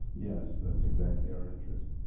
yes, that's exactly our interest.